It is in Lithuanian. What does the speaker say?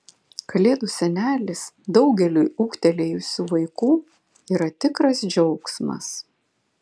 kalėdų senelis daugeliui ūgtelėjusių vaikų yra tikras džiaugsmas